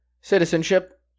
Citizenship